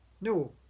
No